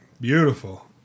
beautiful